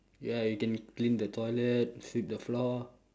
ya you can clean the toilet sweep the floor